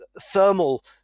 thermal